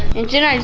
aunt jenna?